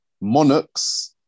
monarchs